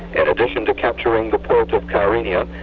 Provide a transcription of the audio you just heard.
in addition to capturing the port of kyrenia,